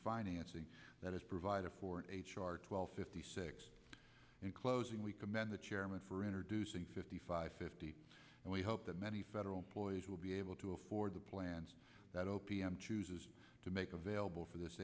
financing that is provided for h r twelve fifty six in closing we commend the chairman for introducing fifty five fifty and we hope that many federal employees will be able to afford the plans that o p m chooses to make available for th